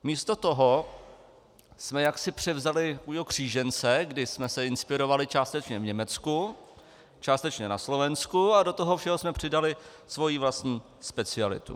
Místo toho jsme jaksi převzali takového křížence, kdy jsme se inspirovali částečně v Německu, částečně na Slovensku, a do toho jsme přidali svoji vlastní specialitu.